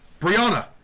Brianna